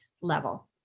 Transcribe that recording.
level